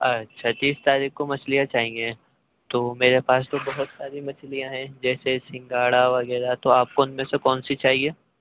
اچھا تیس تاریخ کو مچھلیاں چاہئیں تو میرے پاس تو بہت ساری مچھلیاں ہیں جیسے سنگاڑا وغیرہ تو آپ کو ان میں سے کون سی چاہیے